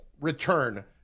return